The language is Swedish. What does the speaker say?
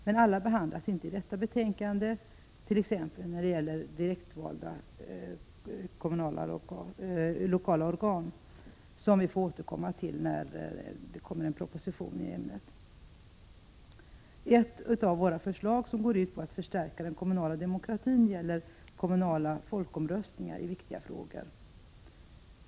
Men alla behandlas inte i detta betänkande, t.ex. direktvalda lokala organ, som vi får återkomma till när det kommer en proposition i ämnet. Ett av våra förslag, som går ut på att förstärka den kommunala demokratin, gäller kommunala folkomröstningar i viktiga frågor.